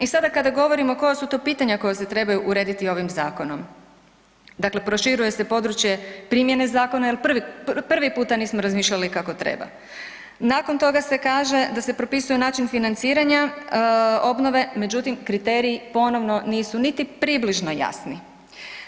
I sada kada govorimo koja su to pitanja koja se trebaju urediti ovim zakonom, dakle proširuje se područje primjene zakona jel prvi puta nismo razmišljali kako treba, nakon toga se kaže da se propisuje način financiranja obnove, međutim kriteriji ponovno nisu niti približno jasni,